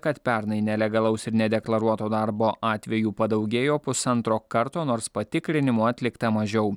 kad pernai nelegalaus ir nedeklaruoto darbo atvejų padaugėjo pusantro karto nors patikrinimų atlikta mažiau